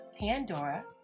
Pandora